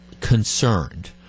concerned